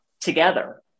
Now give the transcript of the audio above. together